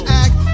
act